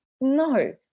No